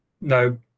No